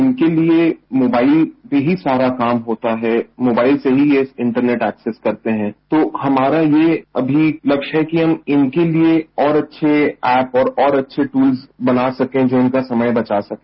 इनके लिए मोबाइल पर ही सारा काम होता है मोबाइल से ही ये इंटरनेट एक्सिस करते है तो हमारा ये अमी लक्ष्य है कि हम इनके लिए और अच्छे ऐप और और अच्छे ट्रल्स बना सकें जो इनका समय बचा सके